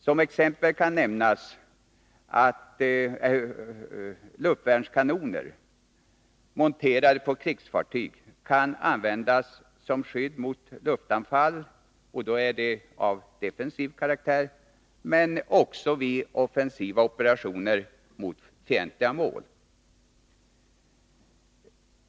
Som exempel kan nämnas att luftvärnskanoner, monterade på krigsfartyg, kan användas som skydd mot luftanfall — och då är de av defensiv karaktär — men också vid offensiva operationer mot fientliga mål.